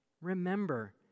Remember